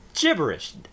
Gibberish